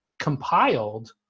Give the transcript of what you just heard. compiled